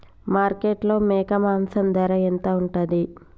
మార్కెట్లో మేక మాంసం ధర ఎంత ఉంటది?